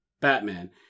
Batman